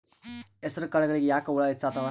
ಹೆಸರ ಕಾಳುಗಳಿಗಿ ಯಾಕ ಹುಳ ಹೆಚ್ಚಾತವ?